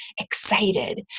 excited